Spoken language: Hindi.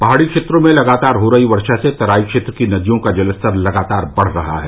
पहाड़ी क्षेत्रों में लगातार हो रही वर्षा से तराई क्षेत्र की नदियों का जलस्तर लगातार बढ़ रहा है